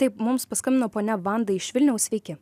taip mums paskambino ponia vanda iš vilniaus sveiki